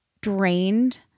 drained